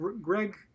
Greg